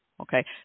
okay